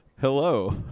hello